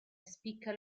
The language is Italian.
spicca